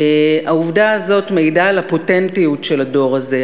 העובדה הזאת מעידה על הפוטנטיות של הדור הזה,